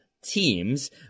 teams